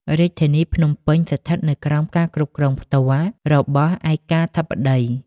រាជធានីភ្នំពេញស្ថិតនៅក្រោមការគ្រប់គ្រងផ្ទាល់របស់ឯកាធិបតី។